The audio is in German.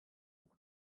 ruck